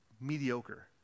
mediocre